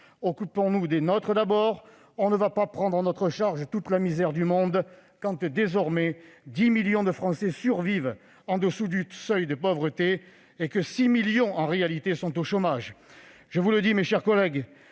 Occupons-nous des nôtres d'abord ! Nous n'allons pas prendre à notre charge toute la misère du monde quand 10 millions de Français survivent désormais au-dessous du seuil de pauvreté et 6 millions, dans la réalité, sont au chômage. Je vous le dis, mes chers collègues,